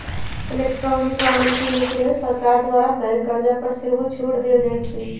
electric वाहन किने के लेल सरकार द्वारा बैंक कर्जा पर सेहो छूट देल जाइ छइ